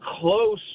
close